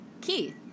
key